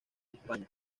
españa